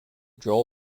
joel